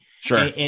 sure